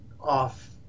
off